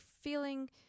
feeling